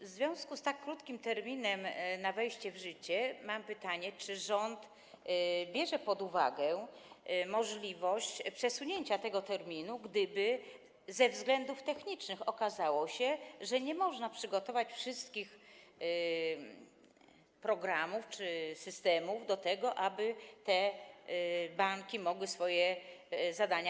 W związku z tak krótkim terminem wejścia w życie mam pytanie: Czy rząd bierze pod uwagę możliwość przesunięcia tego terminu, gdyby ze względów technicznych okazało się, że nie można przygotować wszystkich programów czy systemów do tego, aby banki mogły realizować swoje zadania?